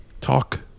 talk